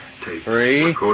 three